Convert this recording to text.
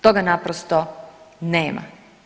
Toga naprosto nema.